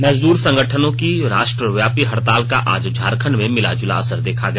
मजदूर संगठनों की राष्ट्रव्यापी हड़ताल का आज झारखंड में मिलाजुला असर देखा गया